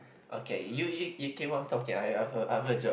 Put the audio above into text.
okay you you you keep on talking I I have I have a job